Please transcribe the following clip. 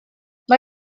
mae